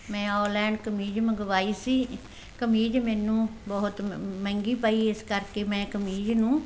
ਮੈਂ ਔਨਲਾਈਨ ਕਮੀਜ਼ ਮੰਗਵਾਈ ਸੀ ਕਮੀਜ਼ ਮੈਨੂੰ ਬਹੁਤ ਮਹਿੰਗੀ ਪਈ ਇਸ ਕਰਕੇ ਮੈਂ ਕਮੀਜ਼ ਨੂੰ